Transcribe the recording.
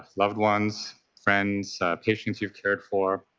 loved ones, friends, patients you have cared for.